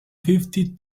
fifty